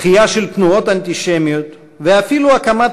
בתחייה של תנועות אנטישמיות ואפילו בהקמת